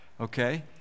okay